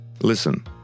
listen